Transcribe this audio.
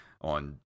on